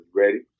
ready